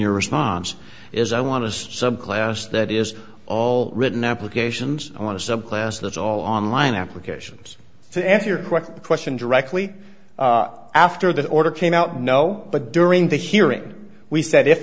your response is i want to subclass that is all written applications i want to subclass that's all online applications to answer your question question directly after that order came out no but during the hearing we said if